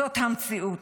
זאת המציאות.